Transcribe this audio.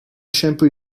shampoo